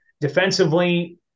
defensively